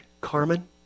Carmen